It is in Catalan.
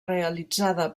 realitzada